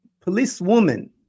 policewoman